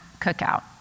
cookout